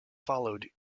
followed